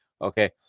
okay